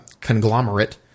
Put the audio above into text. conglomerate